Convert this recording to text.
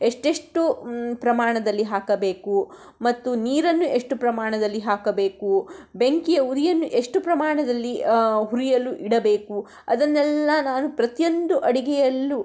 ಎಷ್ಟೆಷ್ಟು ಪ್ರಮಾಣದಲ್ಲಿ ಹಾಕಬೇಕು ಮತ್ತು ನೀರನ್ನು ಎಷ್ಟು ಪ್ರಮಾಣದಲ್ಲಿ ಹಾಕಬೇಕು ಬೆಂಕಿಯ ಉರಿಯನ್ನು ಎಷ್ಟು ಪ್ರಮಾಣದಲ್ಲಿ ಹುರಿಯಲು ಇಡಬೇಕು ಅದನ್ನೆಲ್ಲ ನಾನು ಪ್ರತಿಯೊಂದು ಅಡಿಗೆಯಲ್ಲೂ